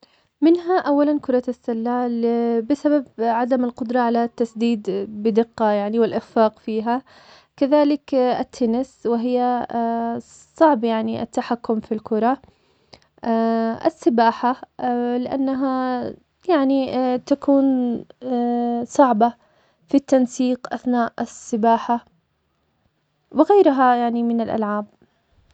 منها أولاً كرة السلة, ل- بسبب عدم القدرة على التسديد بدقة والإخفاق فيها, كذلك التنس, وهي صعب يعني التحكم في الكرة, السباحة, لأنها يعني تكون صعبة في التنسيق أثناء السباحة, وغيرها يعني من الألعاب.